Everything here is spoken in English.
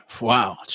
wow